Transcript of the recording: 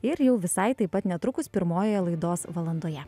ir jau visai taip pat netrukus pirmojoje laidos valandoje